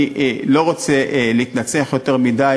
אני לא רוצה להתנצח יותר מדי,